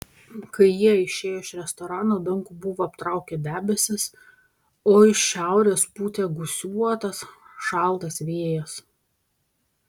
kai jie išėjo iš restorano dangų buvo aptraukę debesys o iš šiaurės pūtė gūsiuotas šaltas vėjas